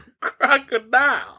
Crocodile